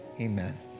amen